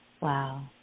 Wow